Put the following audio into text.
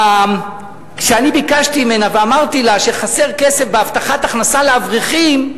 כשאני ביקשתי ממנה ואמרתי לה שחסר כסף בהבטחת הכנסה לאברכים,